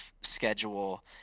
schedule